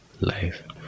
life